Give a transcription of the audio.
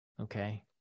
Okay